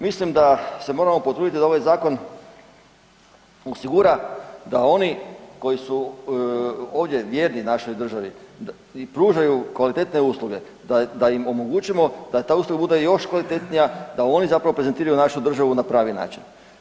Mislim da se moramo potruditi da ovaj zakon osigura da oni koji su ovdje vjerni našoj državi i pružaju kvalitetne usluge da im omogućimo da ta usluga bude još kvalitetnija, da oni zapravo prezentiraju našu državu na pravi način.